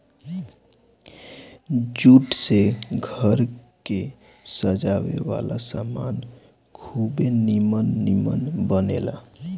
jute से घर के सजावे वाला सामान खुबे निमन निमन बनेला